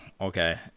okay